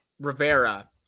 Rivera